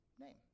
name